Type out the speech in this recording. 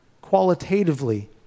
qualitatively